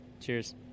Cheers